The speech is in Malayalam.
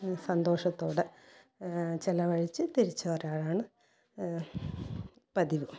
സന്തോഷത്തോടെ ചിലവഴിച്ച് തിരിച്ച് വരാറാണ് പതിവ്